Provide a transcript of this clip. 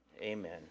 amen